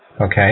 Okay